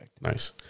Nice